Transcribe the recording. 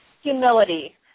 humility